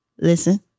Listen